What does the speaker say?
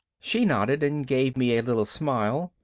she nodded, and gave me a little smile,